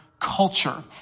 culture